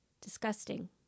disgusting